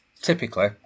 Typically